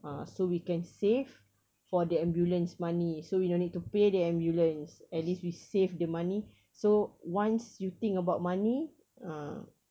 ah so we can save for the ambulance money so we don't need to pay the ambulance at least we save the money so once you think about money ha